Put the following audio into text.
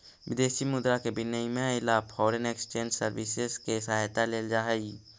विदेशी मुद्रा के विनिमय ला फॉरेन एक्सचेंज सर्विसेस के सहायता लेल जा हई